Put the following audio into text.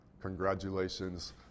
Congratulations